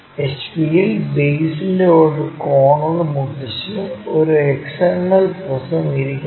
HP യിൽ ബേസിൻറെ ഒരു കോർണർ മുട്ടിച്ച് ഒരു ഹെക്സഗണൽ പ്രിസം ഇരിക്കുന്നു